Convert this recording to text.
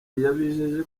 yabijeje